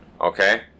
okay